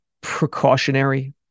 precautionary